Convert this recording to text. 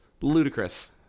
Ludicrous